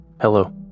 Hello